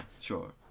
Sure